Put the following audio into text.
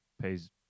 pays